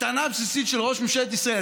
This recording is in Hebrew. הטענה הבסיסית של ראש ממשלת ישראל,